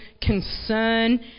concern